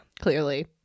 Clearly